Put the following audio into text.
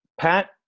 Pat